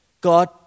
God